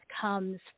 comes